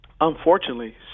unfortunately